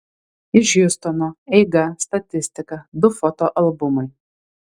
iš hjustono eiga statistika du foto albumai